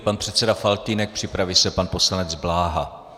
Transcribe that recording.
Pan předseda Faltýnek, připraví se pan poslanec Bláha.